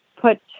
put